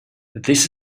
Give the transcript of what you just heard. this